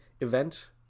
event